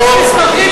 לא,